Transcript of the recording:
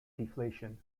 deflation